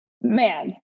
Man